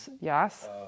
Yes